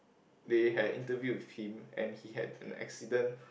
they had interview with him and he had an accident